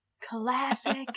Classic